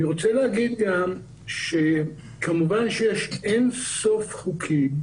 אני רוצה להגיד גם שכמובן שיש אינסוף חוקים,